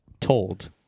Told